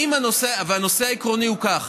הנושא העקרוני הוא כך: